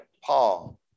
Paul